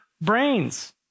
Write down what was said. brains